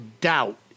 doubt